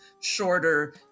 shorter